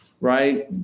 right